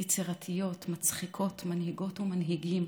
יצירתיות, מצחיקות, מנהיגות ומנהיגים,